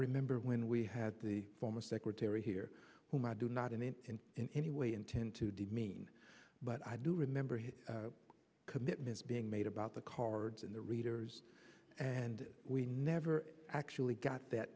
remember when we had the former secretary here whom i do not in any in any way intend to demean but i do remember his commitments being made about the cards in the readers and we never actually got that